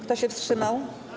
Kto się wstrzymał?